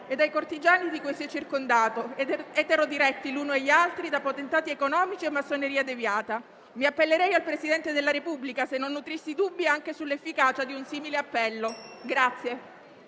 e dai cortigiani di cui si è circondato, eterodiretti l'uno e gli altri da potentati economici e massoneria deviata. Mi appellerei al Presidente della Repubblica, se non nutrissi dubbi anche sull'efficacia di un simile appello.